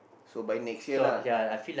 so but you next year lah